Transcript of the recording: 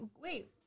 wait